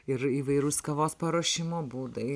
ir įvairūs kavos paruošimo būdai